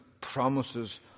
promises